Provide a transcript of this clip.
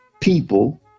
people